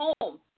home